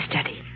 study